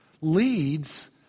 leads